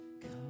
come